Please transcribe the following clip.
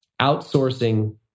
outsourcing